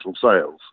sales